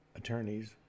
attorneys